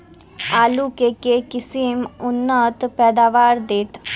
आलु केँ के किसिम उन्नत पैदावार देत?